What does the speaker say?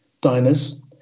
diners